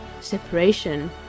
separation